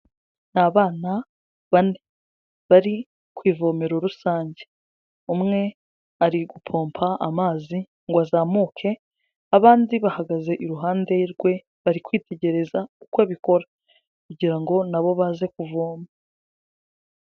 Ni abana bane, bari ku ivomero rusange. Umwe ari gupompa amazi ngo azamuke, abandi bahagaze iruhande rwe, bari kwitegereza uko abikora kugira ngo na bo baze kuvoma.